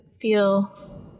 feel